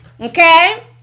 Okay